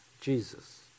Jesus